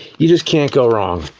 you just can't go wrong.